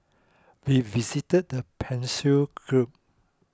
we visited the Persian Gulf